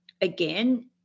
again